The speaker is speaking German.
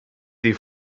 die